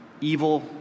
evil